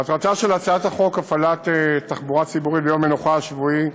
מטרתה של הצעת חוק הפעלת תחבורה ציבורית ביום המנוחה השבועי,